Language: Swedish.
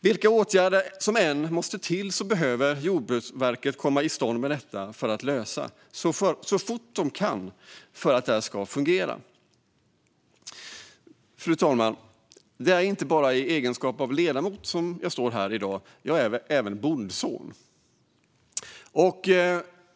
Vilka åtgärder som än måste komma till behöver Jordbruksverket ta itu med detta så fort de kan för att detta ska fungera. Fru talman! Det är inte bara i egenskap av ledamot som jag står här i dag, utan jag är även bondson.